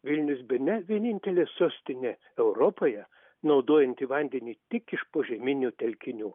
vilnius bene vienintelė sostinė europoje naudojanti vandenį tik iš požeminių telkinių